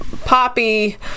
Poppy